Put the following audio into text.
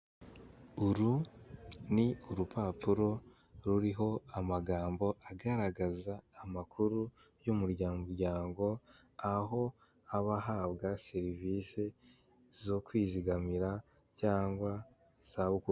Uru ni urupapuro ruriho amagambo agaragaza amakuru y'umuryango aho aba ahabwa serivisi zo kwizigamira cyangwa zo kwivuza.